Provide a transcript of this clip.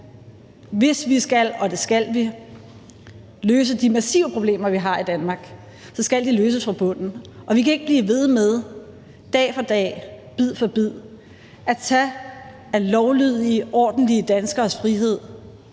hvis vi skal – og det skal vi – løse de massive problemer, vi har i Danmark, så skal de løses fra bunden, og vi kan ikke blive ved med dag for dag og bid for bid at tage af lovlydige ordentlige danskeres frihed,